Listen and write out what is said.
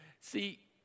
See